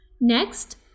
Next